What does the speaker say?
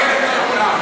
הכלב של כולם.